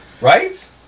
right